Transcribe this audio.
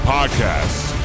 Podcasts